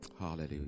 Hallelujah